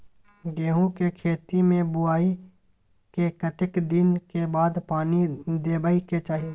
गेहूँ के खेती मे बुआई के कतेक दिन के बाद पानी देबै के चाही?